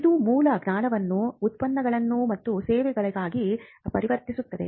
ಇದು ಮೂಲ ಜ್ಞಾನವನ್ನು ಉತ್ಪನ್ನಗಳು ಮತ್ತು ಸೇವೆಗಳಾಗಿ ಪರಿವರ್ತಿಸುತ್ತದೆ